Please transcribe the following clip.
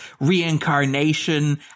reincarnation